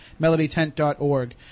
MelodyTent.org